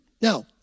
Now